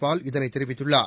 பால் இதனைத் தெரிவித்துள்ளார்